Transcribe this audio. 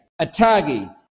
Atagi